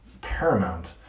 paramount